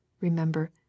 remember